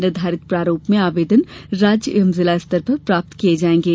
निर्धारित प्रारूप में आवेदन राज्य एवे जिला स्तर पर प्राप्त किए जाएंगे